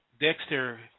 Dexter